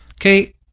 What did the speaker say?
Okay